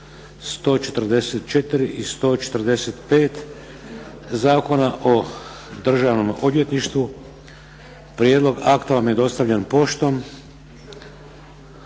144. i 145. Zakona o Državnom odvjetništvu. Prijedlog akta vam je dostavljen poštom.